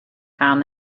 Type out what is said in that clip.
found